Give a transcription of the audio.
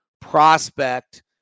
prospect